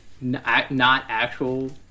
not-actual-